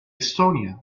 estonia